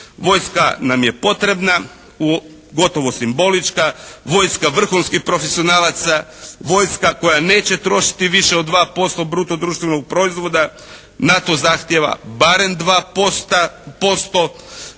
Vojska nam je potrebna gotovo simbolička, vojska vrhunskih profesionalaca, vojska koja neće trošiti više od 2% bruto društvenog proizvoda. NATO zahtijeva barem 2%.